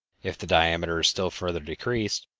if the diameter is still further decreased,